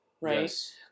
right